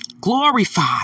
Glorified